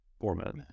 Format